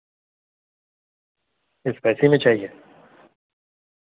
اسپسی میں چاہیے